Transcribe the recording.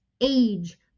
age